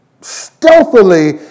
stealthily